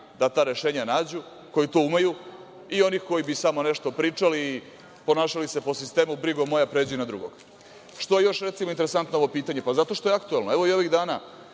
da ta rešenja nađu, koji to umeju i oni koji bi samo nešto pričali i ponašali se po sistemu - brigo moja pređi na drugog. Što je još recimo interesantno ovo pitanje? Pa zato što je aktuelno. Evo i ovih dana